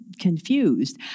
confused